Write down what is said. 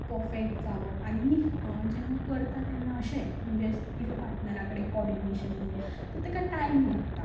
तूं परफेक्ट जावप आनी आनी जेन्ना करता तेन्ना अशें म्हणजे तुज्या पार्टनराक कोर्डिनेशन जायना सो तेका टायम लागता